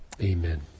Amen